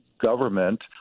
government